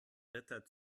ritter